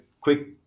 quick